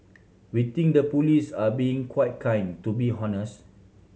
we think the police are being quite kind to be honest